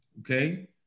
okay